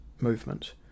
movement